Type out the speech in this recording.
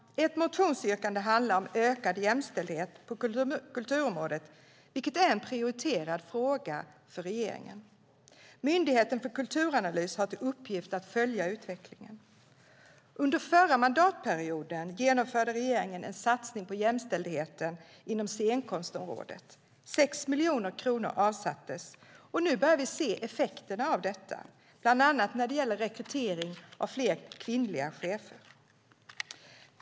Ett motionsyrkande handlar om ökad jämställdhet på kulturområdet, vilket är en prioriterad fråga för regeringen. Myndigheten för kulturanalys har till uppgift att följa utvecklingen. Under förra mandatperioden genomförde regeringen en satsning på jämställdhet inom scenkonstområdet. Man avsatte 6 miljoner kronor, och nu börjar vi se effekterna av detta, bland annat när det gäller rekrytering av fler kvinnliga chefer.